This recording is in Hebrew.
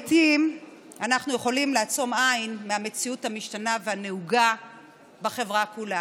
לעיתים אנחנו יכולים לעצום עין למציאות המשתנה הנהוגה בחברה כולה.